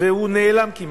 ונעלם כמעט.